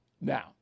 Now